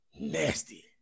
Nasty